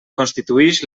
constituïx